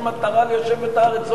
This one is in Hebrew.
לנו יש מטרה ליישב את הארץ.